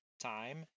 time